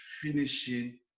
finishing